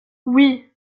oui